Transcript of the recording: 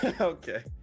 Okay